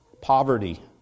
poverty